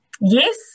yes